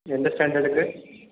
எந்த ஸ்டாண்டடுக்கு